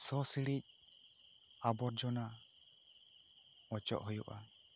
ᱥᱚ ᱥᱤᱲᱤᱡ ᱟᱵᱚᱨᱡᱚᱱᱟ ᱚᱪᱚᱜ ᱦᱩᱭᱩᱜᱼᱟ